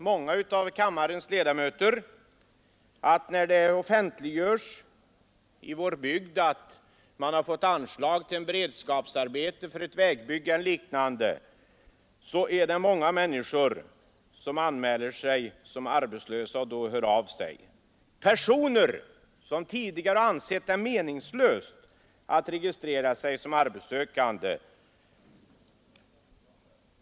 Många av kammarens ledamöter vet säkert att när det offentliggörs i våra respektive bygder att man har fått anslag till beredskapsarbete för ett vägbygge eller liknande ändamål, så är det många människor som låter höra av sig och anmäler sig vara arbetslösa — personer som tidigare ansett det meningslöst att registrera sig som arbetssökande.